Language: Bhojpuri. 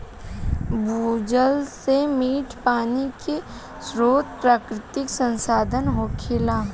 भूजल से मीठ पानी के स्रोत प्राकृतिक संसाधन होखेला